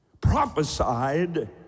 prophesied